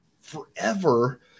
forever